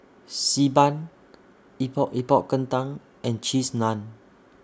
Bi Ban Epok Epok Kentang and Cheese Naan